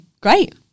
great